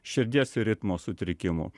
širdies ritmo sutrikimų